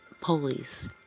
police